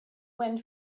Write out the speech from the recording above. wind